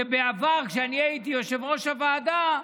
שבעבר, כשאני הייתי יושב-ראש הוועדה,